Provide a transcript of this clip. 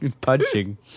Punching